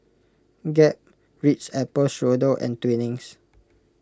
Gap Ritz Apple Strudel and Twinings